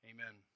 Amen